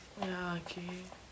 ya ookay